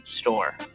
Store